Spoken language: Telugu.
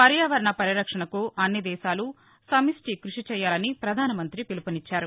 పర్యావరణ పరిరక్షణకు అన్ని దేశాలు సమిష్టి కృషి చేయాలని పధానమంతి పిలుపునిచ్చారు